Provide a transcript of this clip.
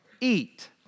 eat